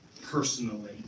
personally